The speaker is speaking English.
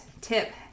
tip